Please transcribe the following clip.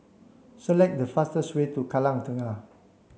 select the fastest way to Kallang Kengah